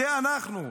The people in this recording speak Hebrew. זה אנחנו,